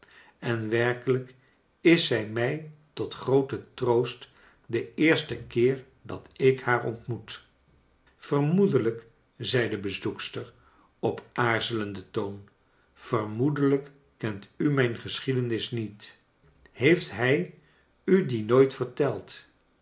en werkelijk is zij mij tot grooten troost den eersten keer dat ik haar ontmoet vermoedelijk zei de bezoekster op aarzelenden toon vermoedelijk kent u mijn geschiedenis niet heeft hij u die nooit verteld